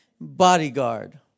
bodyguard